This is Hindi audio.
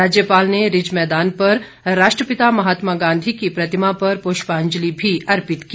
राज्यपाल ने रिज मैदान पर राष्ट्रपिता महात्मा गांधी की प्रतिमा पर पुष्पांजलि भी अर्पित की